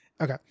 Okay